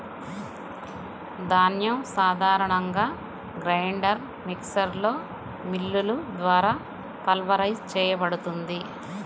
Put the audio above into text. ధాన్యం సాధారణంగా గ్రైండర్ మిక్సర్లో మిల్లులు ద్వారా పల్వరైజ్ చేయబడుతుంది